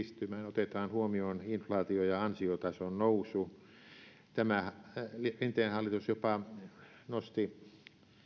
ei pääse kiristymään otetaan huomioon inflaatio ja ansiotason nousu tämä rinteen hallitus jopa nosti